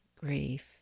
grief